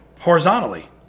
horizontally